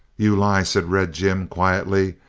you lie, said red jim quietly,